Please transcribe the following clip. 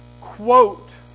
quote